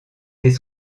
dès